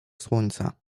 słońca